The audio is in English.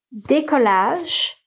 Décollage